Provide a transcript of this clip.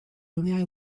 only